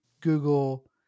Google